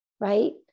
right